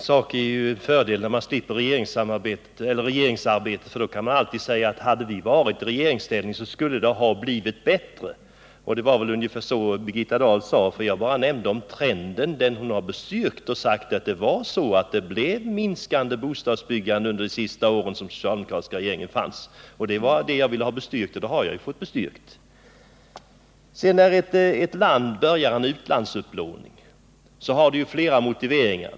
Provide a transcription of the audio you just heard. Herr talman! En fördel när man slipper regeringssamarbete, eller regeringsarbete, är att man alltid kan säga: Hade vi varit i regeringsställning skulle det ha blivit bättre. Det var ungefär så som Birgitta Dahl sade. Jag nämnde bara trenden i bostadsbyggandet, som hon nu har bestyrkt. Hon har sagt att det blev minskat bostadsbyggande under den socialdemokratiska regeringens sista år. Det var det som jag ville ha bestyrkt — och det har jag fått. När ett land börjar med utlandsupplåning har det flera motiv till det.